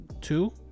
two